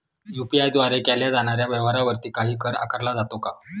UPI द्वारे केल्या जाणाऱ्या व्यवहारावरती काही कर आकारला जातो का?